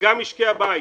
וגם משקי הבית.